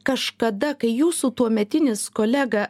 kažkada kai jūsų tuometinis kolega